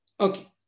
Okay